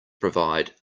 provide